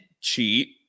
cheat